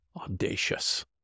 audacious